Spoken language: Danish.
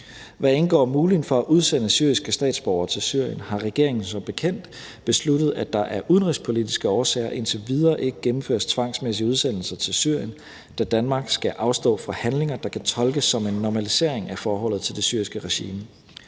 Hvad angår muligheden for at udsende syriske statsborgere til Syrien, har regeringen som bekendt besluttet, at der af udenrigspolitiske årsager indtil videre ikke gennemføres tvangsmæssige udsendelser til Syrien, da Danmark skal afstå fra handlinger, der kan tolkes som en normalisering af forholdet til det syriske regime.